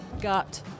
gut